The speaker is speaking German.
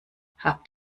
habt